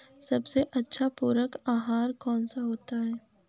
सबसे अच्छा पूरक आहार कौन सा होता है?